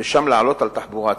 ושם לעלות על תחבורה ציבורית.